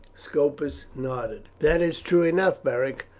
scopus nodded. that is true enough, beric,